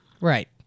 Right